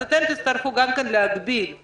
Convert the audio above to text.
אז אתם תצטרכו גם כן להגביל את